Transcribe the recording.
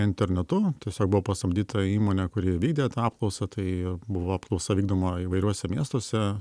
internetu tiesiog buvo pasamdyta įmonė kuri vykdė tą apklausą tai buvo apklausa vykdoma įvairiuose miestuose